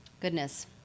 goodness